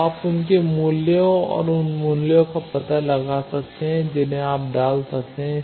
तो आप उनके मूल्यों और उन मूल्यों का पता लगा सकते हैं जिन्हें आप डाल सकते हैं